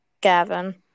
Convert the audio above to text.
gavin